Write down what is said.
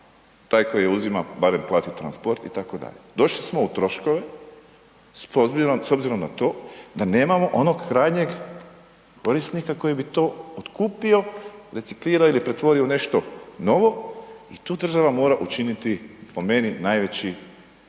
taj koji je uzima barem plati transport itd., došli smo u troškove s obzirom na to da nemamo onog krajnjeg korisnika koji bi to otkupio, reciklirao ili pretvorio u nešto novo i tu država mora učiniti po meni najveći